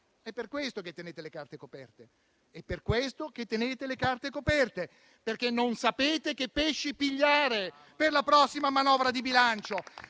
È per questo che tenete le carte coperte: non sapete che pesci pigliare per la prossima manovra di bilancio